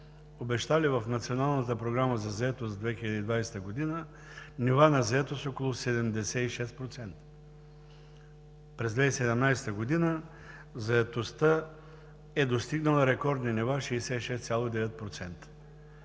за заетост 2020 г. нива на заетост около 76%. През 2017 г. заетостта е достигнала рекордни нива 66,9%.